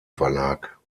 verlag